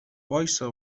وایستا